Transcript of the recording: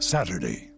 Saturday